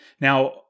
Now